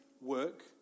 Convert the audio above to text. work